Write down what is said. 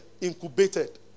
Incubated